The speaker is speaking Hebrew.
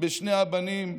לשני הבנים,